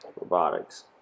robotics